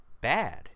bad